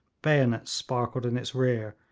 bayonets sparkled in its rear,